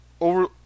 over